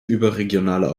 überregionale